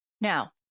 Now